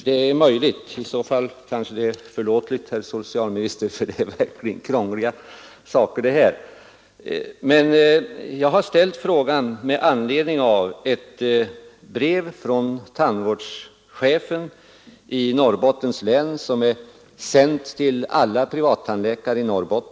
Det är möjligt, men det är i så fall förlåtligt, herr socialminister, eftersom det här verkligen är krångliga saker. Jag har ställt frågan med anledning av ett brev från tandvårdschefen i Norrbottens län till alla privattandläkare i Norrbotten.